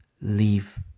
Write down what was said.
leave